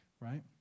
right